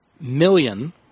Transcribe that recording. million